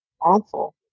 awful